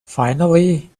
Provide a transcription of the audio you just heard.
finally